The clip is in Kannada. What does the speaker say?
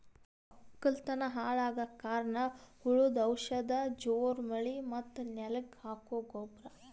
ವಕ್ಕಲತನ್ ಹಾಳಗಕ್ ಕಾರಣ್ ಹುಳದು ಔಷಧ ಜೋರ್ ಮಳಿ ಮತ್ತ್ ನೆಲಕ್ ಹಾಕೊ ಗೊಬ್ರ